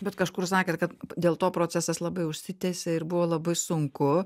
bet kažkur sakėt kad dėl to procesas labai užsitęsė ir buvo labai sunku